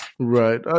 Right